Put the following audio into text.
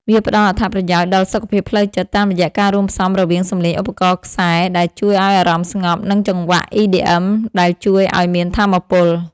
វាផ្ដល់អត្ថប្រយោជន៍ដល់សុខភាពផ្លូវចិត្ត តាមរយៈការរួមផ្សំរវាងសំឡេងឧបករណ៍ខ្សែដែលជួយឱ្យអារម្មណ៍ស្ងប់ និងចង្វាក់ EDM ដែលជួយឱ្យមានថាមពល។